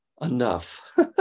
enough